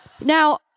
Now